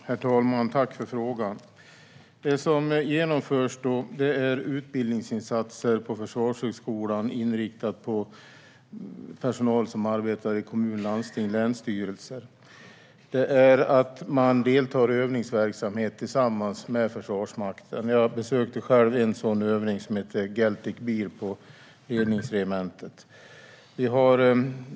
Herr talman! Tack för frågan! Det som genomförs är utbildningsinsatser på Försvarshögskolan inriktade på personal som arbetar i kommuner, landsting och länsstyrelser. Man deltar i övningsverksamhet tillsammans med Försvarsmakten. Jag har själv besökt en sådan övning som hette Geltic Bear på ledningsregementet.